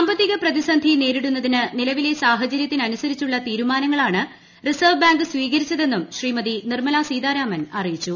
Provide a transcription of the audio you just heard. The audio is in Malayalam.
സാമ്പത്തിക പ്രതിസന്ധി നേരിടുന്നതിന് നിലവിലെ സാഹചരൃത്തിനനുസരിച്ചുള്ള തീരുമാനങ്ങളാണ് റിസർവ് ബാങ്ക് സ്വീകരിച്ചതെന്നും ശ്രീമതി നിർമല സീതാരാമൻ അറിയിച്ചു